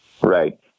right